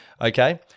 Okay